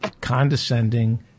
condescending